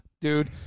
dude